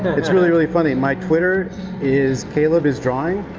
it's really, really funny. my twitter is caleb is drawing.